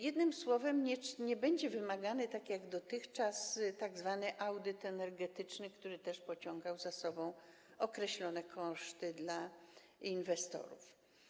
Jednym słowem nie będzie wymagany tak jak dotychczas tzw. audyt energetyczny, który też pociągał za sobą określone koszty dla inwestorów.